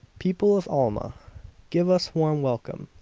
people of alma give us warm welcome.